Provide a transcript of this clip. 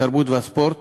התרבות והספורט